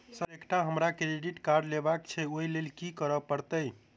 Sir एकटा हमरा credit card लेबकै छैय ओई लैल की करऽ परतै?